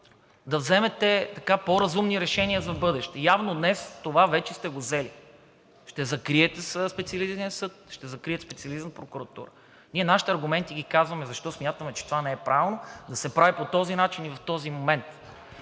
да вземете по-разумни решения за в бъдеще. Явно днес това вече сте го взели. Ще закриете Специализирания съд, ще закриете Специализираната прокуратура. Ние нашите аргументи ги казваме защо смятаме, че това не е правилно да се прави по този начин и в този момент,